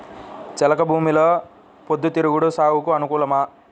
చెలక భూమిలో పొద్దు తిరుగుడు సాగుకు అనుకూలమా?